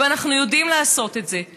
אנחנו יודעים לעשות את זה,